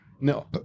No